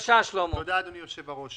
תודה, אדוני היושב-ראש.